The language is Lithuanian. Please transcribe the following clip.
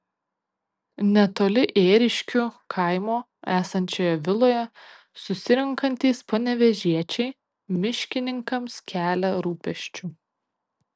netoli ėriškių kaimo esančioje viloje susirenkantys panevėžiečiai miškininkams kelia rūpesčių